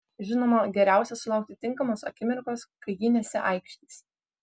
žinoma geriausia sulaukti tinkamos akimirkos kai ji nesiaikštys